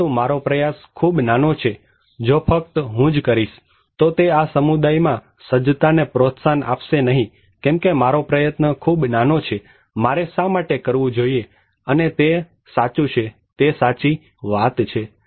પરંતુ મારો પ્રયાસ ખૂબ જ નાનો છે જો ફક્ત હું જ કરીશ તો તે આ સમુદાયમાં સજ્જતાને પ્રોત્સાહન આપશે નહીં કેમ કે મારો પ્રયત્ન ખુબ જ નાનો છે મારે શા માટે કરવું જોઈએ અને તે સાચું છે તે સાચી વાત છે